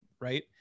right